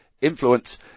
influence